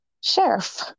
sheriff